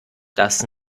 das